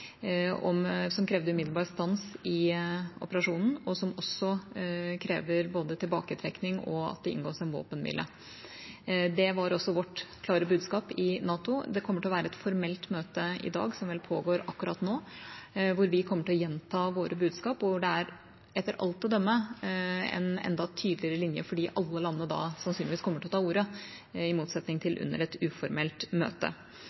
som krevde umiddelbar stans i operasjonen, og som også krevde både tilbaketrekning og at det inngås en våpenhvile. Det var også vårt klare budskap i NATO. Det kommer til å være et formelt møte i dag, som vel pågår akkurat nå, hvor vi kommer til å gjenta våre budskap, og hvor det etter alt å dømme er en enda tydeligere linje, fordi alle landene da sannsynligvis kommer til å ta ordet, i motsetning til hvordan det er under et uformelt møte.